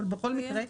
אבל בכל מקרה,